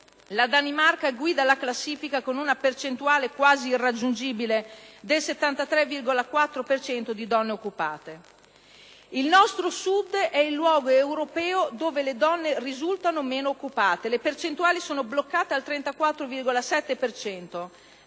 La Danimarca guida la classifica con una percentuale quasi irraggiungibile del 73,4 per cento di donne occupate. Il nostro Sud è il luogo europeo dove le donne risultano meno occupate. Le percentuali sono bloccate al 34,7